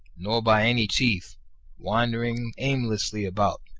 nor by any chief wandering aimlessly about,